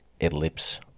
ellipse